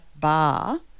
bar